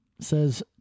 says